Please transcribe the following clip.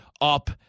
up